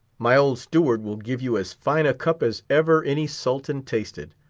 my old steward will give you as fine a cup as ever any sultan tasted.